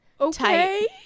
okay